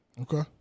Okay